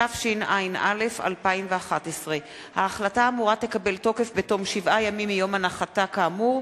התשע"א 2011. ההחלטה האמורה תקבל תוקף בתום שבעה ימים מיום הנחתה כאמור,